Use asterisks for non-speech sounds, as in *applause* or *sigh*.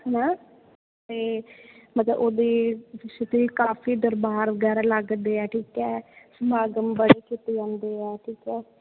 ਹੈ ਨਾ ਅਤੇ ਮਤਲਬ ਉਹਦੀ *unintelligible* ਕਾਫ਼ੀ ਦਰਬਾਰ ਵਗੈਰਾ ਲੱਗਦੇ ਹੈ ਠੀਕ ਹੈ ਸਮਾਗਮ ਬੜੇ ਕੀਤੇ ਜਾਂਦੇ ਹੈ ਠੀਕ ਹੈ